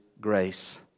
grace